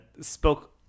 spoke